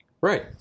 Right